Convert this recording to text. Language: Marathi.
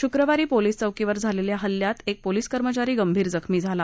शुक्रवारी पोलीस चौकीवर झालेल्या या हल्ल्यात एक पोलीस कर्मचारी गंभीर जखमी झाला